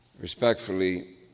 Respectfully